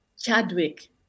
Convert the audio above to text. Chadwick